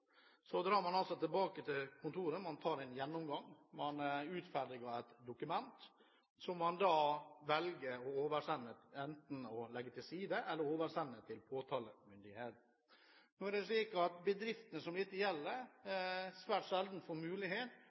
Så drar man altså tilbake til kontoret, man tar en gjennomgang, og man utferdiger et dokument som man velger enten å legge til side eller å oversende til påtalemyndigheten. Nå er det slik at bedriftene som dette gjelder, svært sjelden får mulighet